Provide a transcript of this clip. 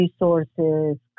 resources